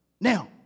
Now